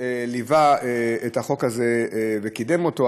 שליווה את החוק הזה וקידם אותו.